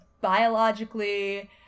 biologically